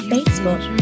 Facebook